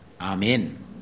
Amen